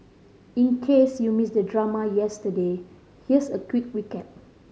in case you missed the drama yesterday here's a quick recap